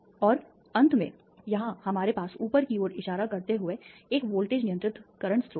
और अंत में यहां हमारे पास ऊपर की ओर इशारा करते हुए एक वोल्टेज नियंत्रित वर्तमान स्रोत है